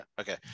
Okay